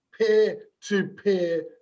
peer-to-peer